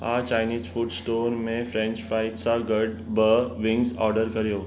हा Chinese food store में French fries सां गॾु ॿ विंग्स ऑडर करियो